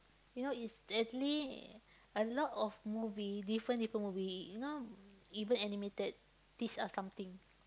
you know it's actually a lot of movies different different movie you know even animated teach us something